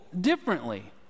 differently